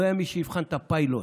לא היה מי שיבחן את הפיילוט,